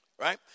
right